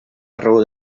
raó